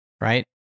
right